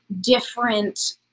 different